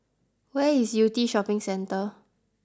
where is Yew Tee Shopping Centre